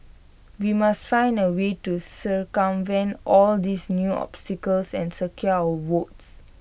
we must find A way to circumvent all these new obstacles and secure votes